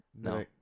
no